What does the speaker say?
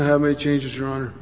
i have made changes your honor